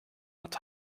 hat